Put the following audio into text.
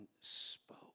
spoke